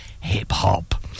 hip-hop